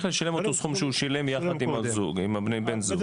לשלם אותו סכום שהוא שילם יחד עם הבן זוג.